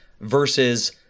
versus